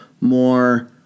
more